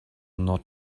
not